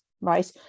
Right